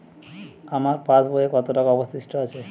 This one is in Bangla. আমার পাশ বইয়ে কতো টাকা অবশিষ্ট আছে?